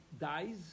dies